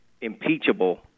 impeachable